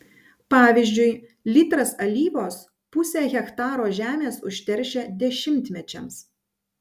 pavyzdžiui litras alyvos pusę hektaro žemės užteršia dešimtmečiams